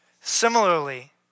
Similarly